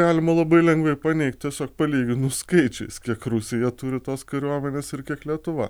galima labai lengvai ir paneigt tiesiog palyginus skaičiais kiek rusija turi tos kariuomenės ir kiek lietuva